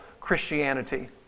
Christianity